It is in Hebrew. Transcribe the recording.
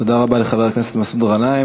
תודה רבה לחבר הכנסת מסעוד גנאים.